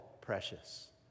precious